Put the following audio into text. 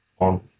on